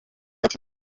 ati